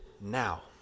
now